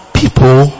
people